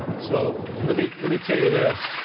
so, let me let me tell you this.